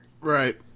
Right